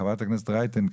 חברת הכנסת רייטן,